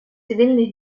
цивільних